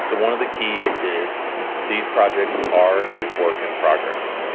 so one of the keys is these projects are a work in progress.